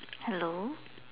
hello